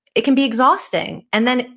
it can be exhausting. and then,